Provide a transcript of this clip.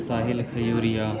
Sahil Khajuria